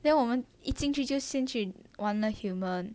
then 我们一进去就先去玩的 human